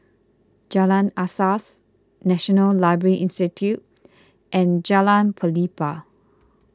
Jalan Asas National Library Institute and Jalan Pelepah